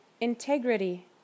integrity